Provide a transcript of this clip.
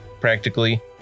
practically